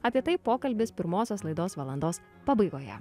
apie tai pokalbis pirmosios laidos valandos pabaigoje